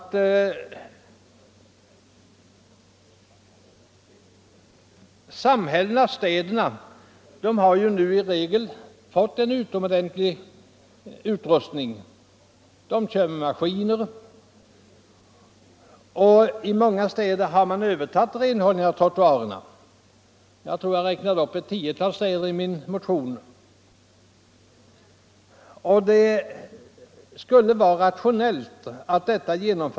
I regel har städer och större samhällen en utomordentlig maskinutrustning. I många städer har kommunen övertagit renhållningen av trottoarerna. Det är rationellt att göra så. I min motion räknar jag upp ett tiotal städer.